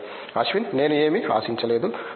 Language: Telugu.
సరే అశ్విన్ నేను ఏమీ ఆశించలేదు